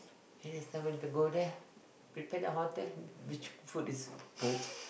then next time want to go there prepare the hotel which food is good